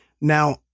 Now